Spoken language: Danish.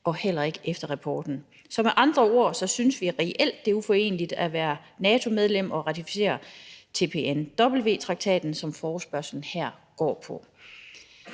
heller ikke efter rapporten. Så med andre ord synes vi reelt, det er uforeneligt med at være NATO-medlem at ratificere TPNW-traktaten, som forespørgslen her går på.